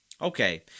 Okay